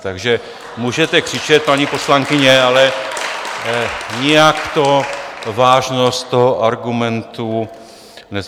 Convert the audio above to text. Takže můžete křičet, paní poslankyně, ale nijak to vážnost toho argumentu nezvyšuje.